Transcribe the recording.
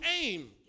aim